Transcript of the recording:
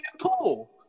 pool